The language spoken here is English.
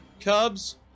Cubs